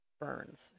Burns